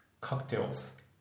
cocktails